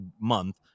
month